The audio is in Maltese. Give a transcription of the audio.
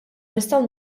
nistgħu